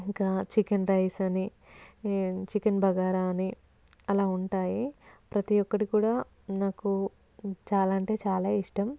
ఇంకా chicken rice అని chicken bagara అని అలా ఉంటాయి ప్రతి ఒకటి కూడా నాకు చాలా అంటే చాలా ఇష్టం